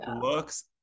looks